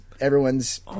everyone's